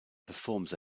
performs